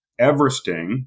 Everesting